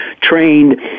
trained